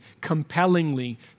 compellingly